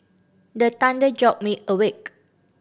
the thunder jolt me awake